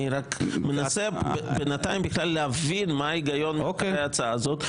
אני רק מנסה בינתיים להבין בכלל מה ההיגיון מאחורי ההצעה הזאת.